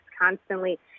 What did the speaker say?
constantly